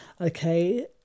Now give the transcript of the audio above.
Okay